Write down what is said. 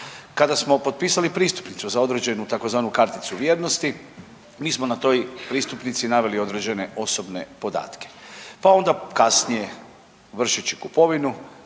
Kada smo popisali pristupnicu za određenu tzv. karticu vjernosti mi smo na toj pristupnici naveli određene osobne podatke, pa onda kasnije vršeći kupovinu